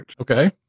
Okay